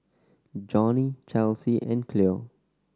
Jonnie Chelsie and Cleo